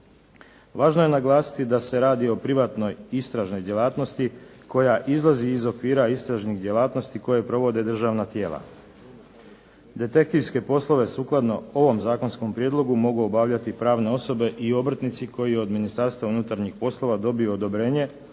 Važno je naglasiti da se radi o privatnoj istražnoj djelatnosti koja izlazi iz okvira istražnih djelatnosti koje provode državna tijela. Detektivske poslove sukladno ovom zakonskom prijedlogu mogu obavljati pravne osobe i obrtnici koji od Ministarstva unutarnjih poslova dobiju odobrenje